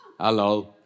hello